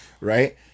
right